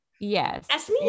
Yes